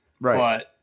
right